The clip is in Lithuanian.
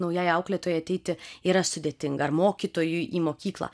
naujai auklėtojai ateiti yra sudėtinga ar mokytojui į mokyklą